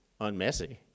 unmessy